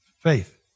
faith